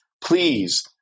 Please